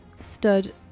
Stood